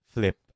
Flip